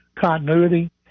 continuity